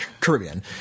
Caribbean